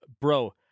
bro